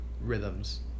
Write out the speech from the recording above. rhythms